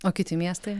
o kiti miestai